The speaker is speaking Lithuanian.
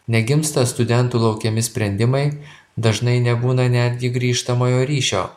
negimsta studentų laukiami sprendimai dažnai nebūna netgi grįžtamojo ryšio